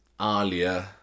Alia